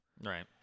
Right